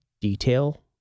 detail